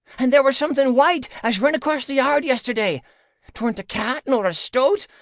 and there were something white as run across the yard yesterday tweren't a cat nor a stoat,